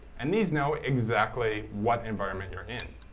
and these know exactly what environment you're in.